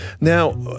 Now